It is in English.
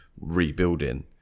rebuilding